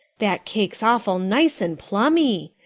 that cake's awful nice and plummy.